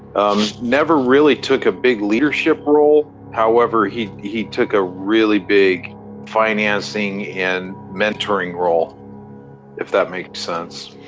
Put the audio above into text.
um never really took a big leadership role, however he he took a really big financing and mentoring role if that makes sense.